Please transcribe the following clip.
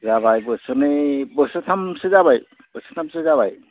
जाबाय बोसोरनै बोसोरथामसो जाबाय बोसोरथामसो जाबाय